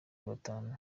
batanu